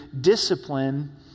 discipline